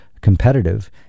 competitive